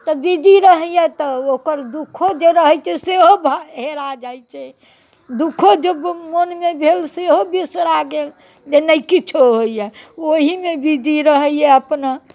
तऽ बिजी रहैए तऽ ओकर दुःखो जे रहैत छै सेहो हेराए जाइत छै दुःखो जे मोनमे भेल सेहो बिसरा गेल जे नहि किछो होइए ओहीमे बिजी रहैए अपना